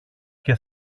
και